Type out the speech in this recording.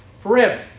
forever